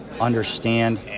understand